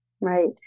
Right